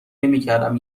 نمیکردم